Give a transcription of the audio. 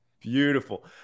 Beautiful